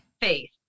faith